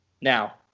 Now